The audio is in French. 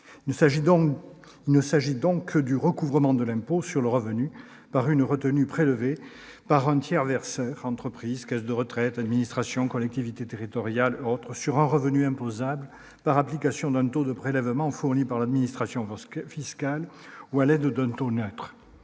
Il ne s'agit donc que du recouvrement de l'impôt sur le revenu par une retenue prélevée sur un revenu imposable par un tiers verseur, entreprise, caisse de retraite, administration, collectivité territoriale ou autre, par application d'un taux de prélèvement fourni par l'administration fiscale ou à l'aide d'un taux neutre.